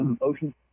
ocean